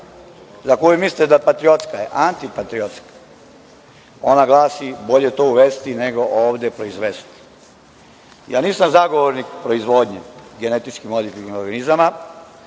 za koju mislite da je patriotska, je antipatriotska. Ona glasi – bolje to uvesti nego ovde proizvesti. Ja nisam zagovornik proizvodnje genetički modifikovanih organizama,